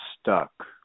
stuck